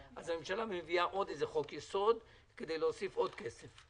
הממשלה מביאה עוד חוק יסוד כדי להוסיף עוד כסף.